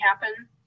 happen